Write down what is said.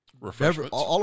refreshments